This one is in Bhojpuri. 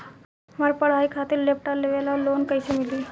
हमार पढ़ाई खातिर लैपटाप लेवे ला लोन कैसे मिली?